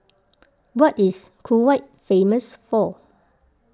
what is Kuwait famous for